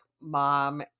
mom